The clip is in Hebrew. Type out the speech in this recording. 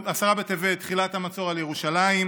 עשרה בטבת, תחילת המצור על ירושלים,